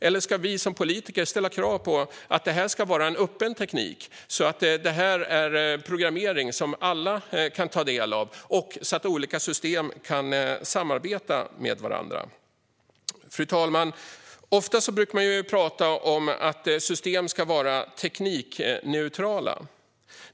Eller ska vi som politiker ställa krav på att det ska vara en öppen teknik, så att det är programmering som alla kan ta del av och så att olika system kan samarbeta med varandra? Fru talman! Man brukar prata om att system ska vara teknikneutrala.